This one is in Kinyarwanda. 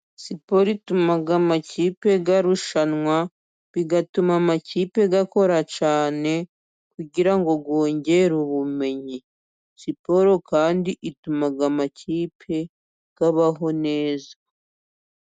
Siporo ituma amakipe arushanwa, bigatuma amakipe akora cyane, kugira ngo yongere ubumenyi. Siporo kandi ituma amakipe abaho neza.